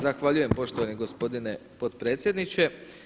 Zahvaljujem poštovani gospodine potpredsjedniče.